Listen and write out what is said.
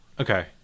Okay